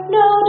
no